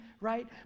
Right